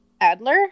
Adler